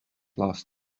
last